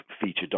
feature